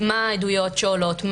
מה העדויות שעולות,